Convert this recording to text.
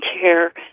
care